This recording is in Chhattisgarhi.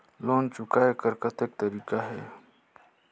लोन चुकाय कर कतेक तरीका है?